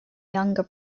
younger